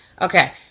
Okay